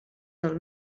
del